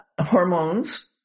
hormones